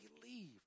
believe